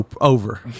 over